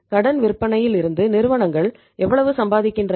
கடன் விற்பனையில் இருந்து நிறுவனங்கள் எவ்வளவு சம்பாதிக்கின்றன